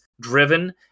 driven